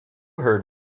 heard